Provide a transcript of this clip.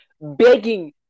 begging